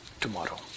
tomorrow